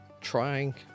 trying